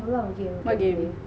what game